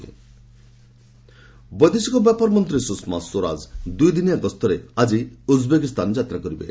Swaraj visit ବୈଦେଶିକ ବ୍ୟାପାର ମନ୍ତ୍ରୀ ସୁଷମା ସ୍ୱରାଜ ଦୁଇଦିନିଆ ଗସ୍ତରେ ଆଜି ଉଜ୍ବେକିସ୍ତାନ ଯାତ୍ରା କରିବେ